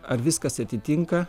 ar viskas atitinka